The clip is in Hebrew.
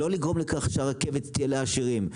לא לגרום לכך שהרכבת תהיה לעשירים.